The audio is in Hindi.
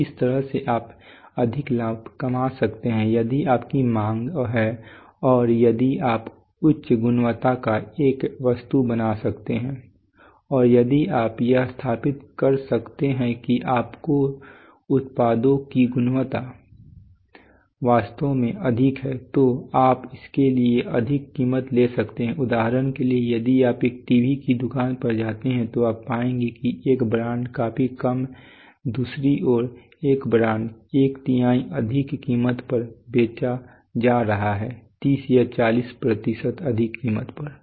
तो इस तरह से आप अधिक लाभ कमा सकते हैं यदि आपकी मांग है और यदि आप उच्च गुणवत्ता का एक वस्तु बना सकते हैं और यदि आप यह स्थापित कर सकते हैं कि आपके उत्पादों की गुणवत्ता वास्तव में अधिक है तो आप इसके लिए अधिक कीमत ले सकते हैं उदाहरण के लिए यदि आप एक टीवी की दुकान पर जाते हैं तो आप पाएंगे कि एक ब्रांड काफी कम दूसरी ओर एक ब्रांड एक तिहाई अधिक कीमत पर बेचा जा रहा है तीस या चालीस प्रतिशत अधिक कीमत पर